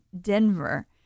Denver